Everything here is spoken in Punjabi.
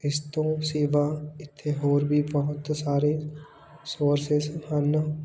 ਇਸ ਤੋਂ ਸਿਵਾ ਇੱਥੇ ਹੋਰ ਵੀ ਬਹੁਤ ਸਾਰੇ ਸੋਰਸਿਸ ਹਨ